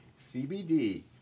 CBD